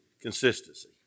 Consistency